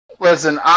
Listen